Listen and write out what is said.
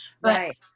Right